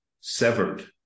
severed